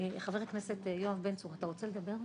חבר הכנסת יואב בן צור, אתה רוצה לדבר?